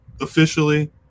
Officially